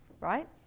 Right